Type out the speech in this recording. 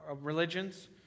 religions